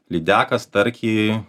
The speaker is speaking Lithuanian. lydeką starkį